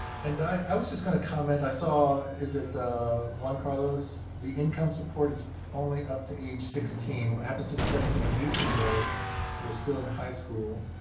and i i was just going to comment. i saw, is it juan carlos? the income support is only up to age sixteen. what happens to the seventeen and eighteen year olds who are still in high school?